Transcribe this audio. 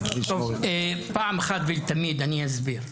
פעם אחת ולתמיד אני אסביר.